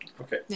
Okay